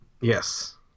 Yes